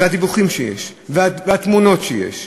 והדיווחים שיש, והתמונות שיש,